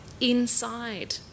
inside